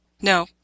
No